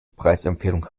preisempfehlung